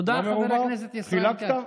תודה, חבר הכנסת ישראל כץ.